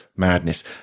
madness